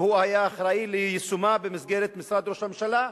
והוא היה אחראי ליישומה במסגרת משרד ראש הממשלה,